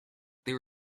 they